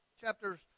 Chapters